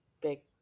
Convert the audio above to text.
big